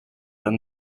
and